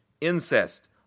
incest